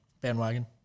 Bandwagon